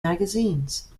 magazines